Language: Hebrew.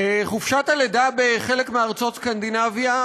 חופשת הלידה בחלק מארצות סקנדינביה,